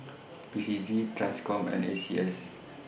P C G TRANSCOM and A C S